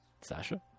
Sasha